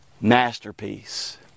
masterpiece